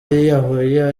yiyahuye